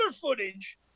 footage